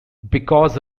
because